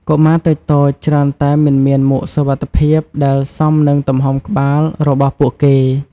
កុមារតូចៗច្រើនតែមិនមានមួកសុវត្ថិភាពដែលសមនឹងទំហំក្បាលរបស់ពួកគេ។